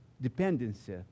dependency